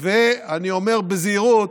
כ-11 פרות,